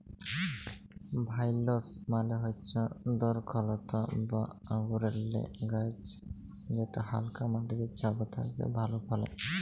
ভাইলস মালে হচ্যে দরখলতা বা আঙুরেল্লে গাহাচ যেট হালকা মাটিতে ছব থ্যাকে ভালো ফলে